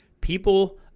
people